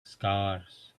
scars